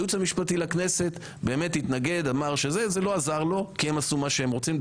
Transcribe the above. הייעוץ המשפטי לכנסת באמת התנגד אבל זה לא עזר לו והם עשו מה שהם רוצים.